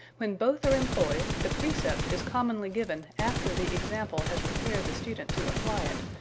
when both are employed the precept is commonly given after the example has prepared the student to apply it,